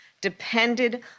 depended